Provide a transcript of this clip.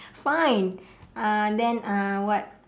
fine uh then uh what